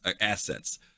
assets